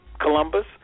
Columbus